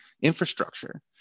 infrastructure